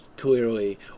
clearly